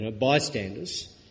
bystanders